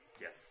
Yes